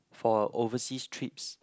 for overseas trips